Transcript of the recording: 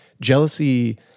jealousy